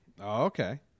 Okay